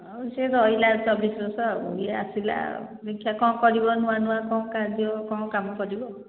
ଆଉ ସେ ରହିଲା ଚବିଶ ବର୍ଷ ଆଉ ଇଏ ଆସିଲା ଆଉ ଦେଖିବା କ'ଣ କରିବ ନୂଆ ନୂଆ କ'ଣ କାର୍ଯ୍ୟ କ'ଣ କାମ କରିବ